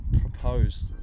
proposed